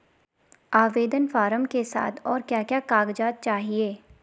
आवेदन फार्म के साथ और क्या क्या कागज़ात चाहिए?